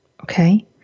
Okay